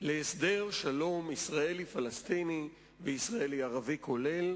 להסדר שלום ישראלי-פלסטיני וישראלי-ערבי כולל,